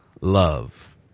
love